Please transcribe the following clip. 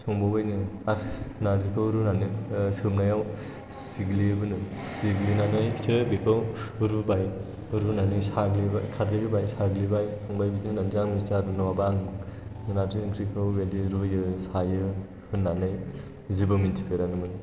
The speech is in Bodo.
संबावबायनो आरो नारजिखौ रुनानै सोमनायाव सिग्लियोबोनो सिग्लिनानैसो बेखौ रुबाय रुनानै साग्लिबाय खारदै होबाय साग्लिबाय ओमफ्राय बिदि होननानै आं मिथिबाय आरो नङाबा आं नारजि ओंख्रिखौ बेबायदि रुयो सायो होननानै जेबो मिन्थिफेरामोन माने